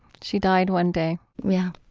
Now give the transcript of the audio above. she died one day yeah.